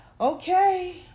Okay